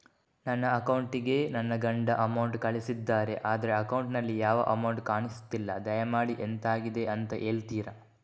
ನನ್ನ ಅಕೌಂಟ್ ಗೆ ನನ್ನ ಗಂಡ ಅಮೌಂಟ್ ಕಳ್ಸಿದ್ದಾರೆ ಆದ್ರೆ ಅಕೌಂಟ್ ನಲ್ಲಿ ಯಾವ ಅಮೌಂಟ್ ಕಾಣಿಸ್ತಿಲ್ಲ ದಯಮಾಡಿ ಎಂತಾಗಿದೆ ಅಂತ ಹೇಳ್ತೀರಾ?